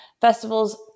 festivals